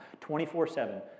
24-7